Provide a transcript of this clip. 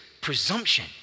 presumption